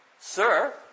Sir